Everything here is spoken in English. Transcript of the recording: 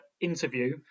interview